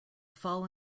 fall